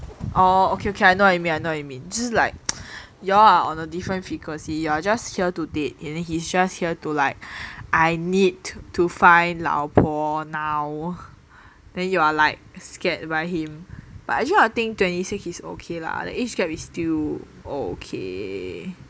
orh okay okay I know what you mean I know what you mean like y'all are on a different frequency you are just here to date and he's just here to like I need to find 老婆 now then you are like scared by him but actually I think twenty six is okay lah the age gap is still okay